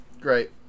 Great